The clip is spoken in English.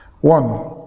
One